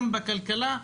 גם בכלכלה,